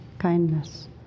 Kindness